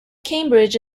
cambridge